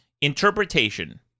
Interpretation